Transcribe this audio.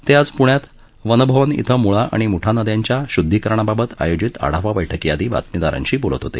ते आज प्ण्यात वन भवन इथं मुळा आणि मुळा नद्यांच्या श्द्धीकरणाबाबत आयोजित आढावा बैठकीआधी बातमीदारांशी बोलत होते